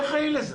מי אחראי לזה?